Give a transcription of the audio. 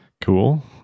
cool